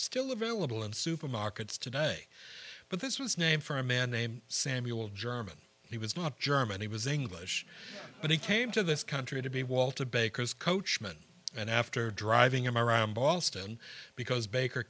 still available in supermarkets today but this was named for a man named samuel german he was not germany was english but he came to this country to be wall to baker's coachman and after driving him around boston because baker